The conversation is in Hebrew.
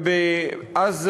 אז,